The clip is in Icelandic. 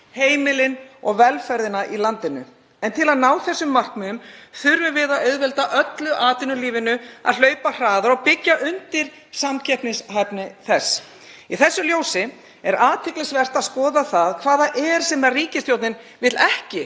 heimilin og velferðina í landinu. En til að ná þessum markmiðum þurfum við að auðvelda öllu atvinnulífinu að hlaupa hraðar og byggja undir samkeppnishæfni þess. Í þessu ljósi er athyglisvert að skoða hvað það er sem ríkisstjórnin vill ekki